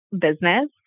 business